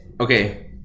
Okay